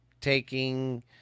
taking